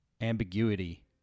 ambiguity